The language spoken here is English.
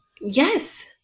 Yes